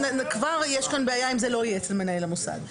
כבר יש כאן בעיה אם זה לא יהיה אצל מנהל המוסד.